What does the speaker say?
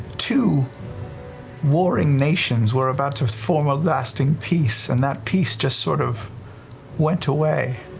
two warring nations were about to form a lasting peace, and that peace just sort of went away?